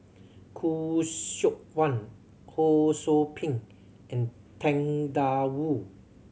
Khoo Seok Wan Ho Sou Ping and Tang Da Wu